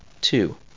Two